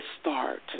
start